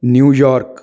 New York